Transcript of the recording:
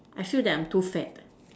I feel that I am too fat